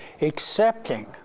accepting